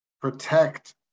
protect